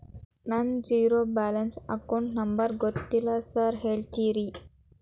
ನನ್ನ zero balance account number ಗೊತ್ತಿಲ್ಲ sir ಹೇಳ್ತೇರಿ?